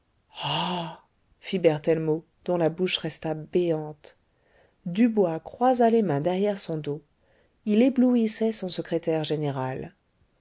berthellemot dont la bouche resta béante dubois croisa les mains derrière son dos il éblouissait son secrétaire général